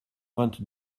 vingt